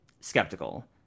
skeptical